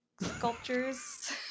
sculptures